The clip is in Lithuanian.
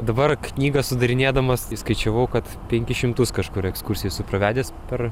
dabar knygą sudarinėdamas tai skaičiavau kad penkis šimtus kažkur ekskursijų esu pravedęs per